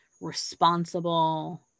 responsible